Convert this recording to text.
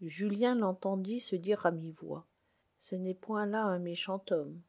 julien l'entendit se dire à demi-voix ce n'est point là un méchant homme